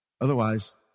Otherwise